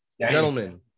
Gentlemen